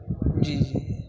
جی جی جی